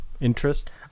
interest